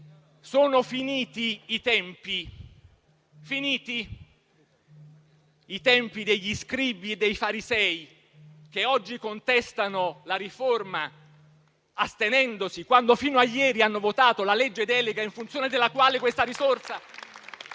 sono finiti i tempi degli scribi e dei farisei, che oggi contestano la riforma astenendosi, quando fino a ieri hanno votato la legge delega in funzione della quale questa riforma